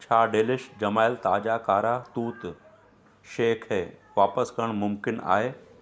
छा डेलिश जमयल ताज़ा कारा तूत शइ खे वापसि करणु मुमकिन आहे